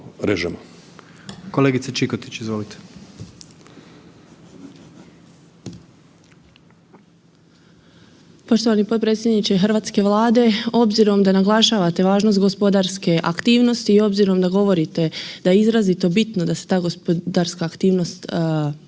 Kolegice Čikotić, izvolite.